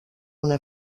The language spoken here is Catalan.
una